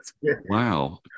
Wow